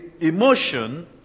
emotion